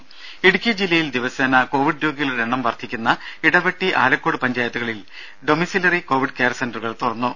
ദ്ദേ ഇടുക്കി ജില്ലയിൽ ദിവസേന കോവിഡ് രോഗികളുടെ എണ്ണം വർദ്ധിക്കുന്ന ഇടവെട്ടി ആലക്കോട് പഞ്ചായത്തുകളിൽ ഡൊമിസിലറി കോവിഡ് കെയർ സെന്ററുകൾ തുറന്നു